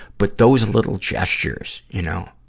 but those little gestures, you know.